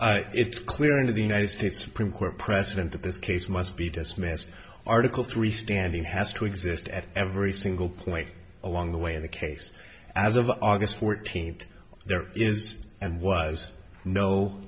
it's clear in the united states supreme court precedent that this case must be dismissed article three standing has to exist at every single point along the way in the case as of august fourteenth there is and was no